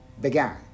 began